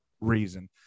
reason